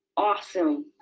awesome!